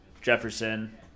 Jefferson